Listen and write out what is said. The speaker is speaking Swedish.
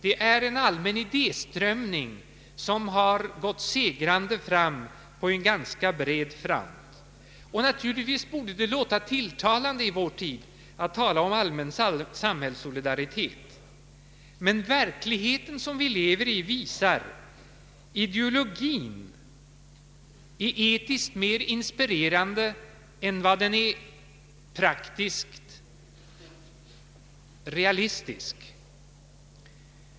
Det är en allmän idéströmning som har gått segrande fram på en ganska bred front. Naturligtvis borde det låta tilltalande i vår tid att tala om allmän samhällssolidaritet, men verkligheten som vi lever i visar att ideologin är etiskt mer inspirerande än vad den är praktiskt realistisk.